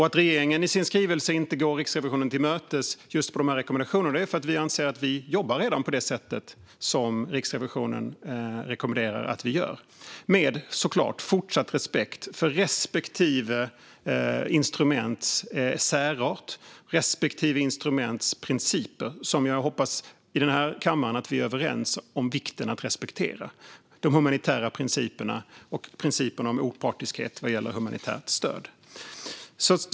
Att regeringen i sin skrivelse inte går Riksrevisionen till mötes just när det gäller de här rekommendationerna är för att vi anser att vi redan jobbar på det sätt som Riksrevisionen rekommenderar att vi ska göra - såklart med fortsatt respekt för respektive instruments särart och respektive instruments principer, och jag hoppas att vi i den här kammaren är överens om vikten av att respektera dessa, alltså de humanitära principerna och principen om opartiskhet vad gäller humanitärt stöd.